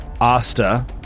Asta